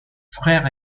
frères